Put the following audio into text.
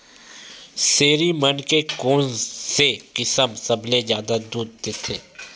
छेरी मन के कोन से किसम सबले जादा दूध देथे?